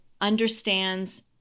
understands